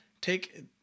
take